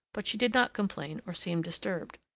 but she did not complain or seem disturbed.